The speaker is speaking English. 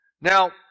Now